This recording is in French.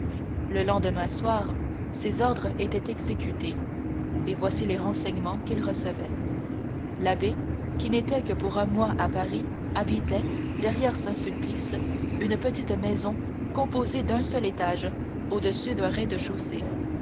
le lendemain soir ses ordres étaient exécutés et voici les renseignements qu'il recevait l'abbé qui n'était que pour un mois à paris habitait derrière saint-sulpice une petite maison composée d'un seul étage au-dessus d'un rez-de-chaussée